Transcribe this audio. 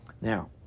now